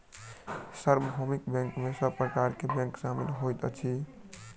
सार्वभौमिक बैंक में सब प्रकार के बैंक शामिल होइत अछि